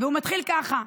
והוא מתחיל ככה: